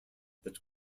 that